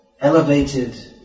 elevated